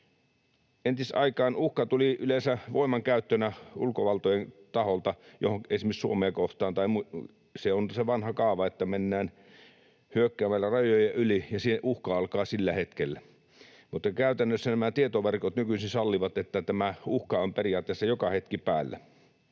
Entisaikaan uhka tuli yleensä voimankäyttönä ulkovaltojen taholta, esimerkiksi Suomea kohtaan — se on se vanha kaava, että mennään hyökkäämällä rajojen yli ja uhka alkaa sillä hetkellä — mutta käytännössä nämä tietoverkot nykyisin sallivat, että tämä uhka on periaatteessa joka hetki päällä.